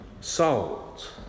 sold